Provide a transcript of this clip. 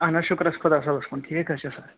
اَہَن حَظ شُکُر حَظ خۄدا صٲبَس کُن ٹھیٖک حظ چھُ سَر